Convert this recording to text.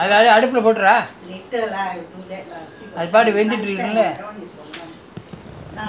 [deh] you wanna do sambar you better go err அது அது அடுப்புல போட்டுருடா:athu athu aduppula potturudaa